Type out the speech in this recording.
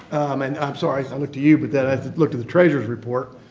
and i'm sorry, i looked to you, but then i looked to the treasurer's report.